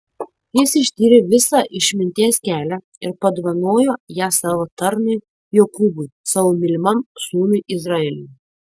jis ištyrė visą išminties kelią ir padovanojo ją savo tarnui jokūbui savo mylimam sūnui izraeliui